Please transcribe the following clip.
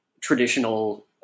traditional